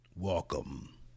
Welcome